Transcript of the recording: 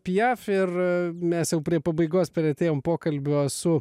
piaf ir mes jau prie pabaigos priartėjom pokalbio su